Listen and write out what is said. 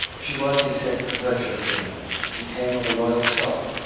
she was, he said, a virtuous woman she came of a loyal stock,